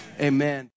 amen